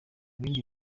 bindi